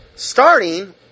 Starting